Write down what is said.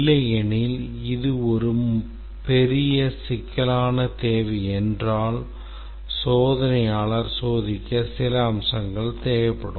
இல்லையெனில் இது ஒரு பெரிய சிக்கலான தேவை என்றால் சோதனையாளர் சோதிக்க சில அம்சங்கள் தேவைப்படும்